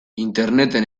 interneten